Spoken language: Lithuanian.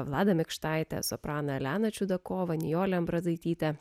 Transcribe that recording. vladą mikštaitę sopraną eleną čiudakovą nijolę ambrazaitytę